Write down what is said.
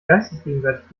geistesgegenwärtig